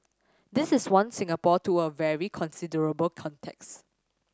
this is one Singapore to a very considerable context